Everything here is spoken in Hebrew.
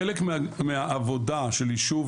חלק מהעבודה של יישוב,